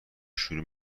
شروع